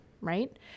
right